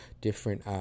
different